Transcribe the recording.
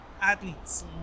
athletes